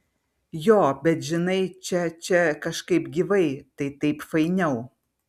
jo bet žinai čia čia kažkaip gyvai tai taip fainiau